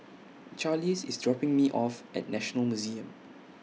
Charlize IS dropping Me off At National Museum